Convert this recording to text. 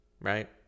right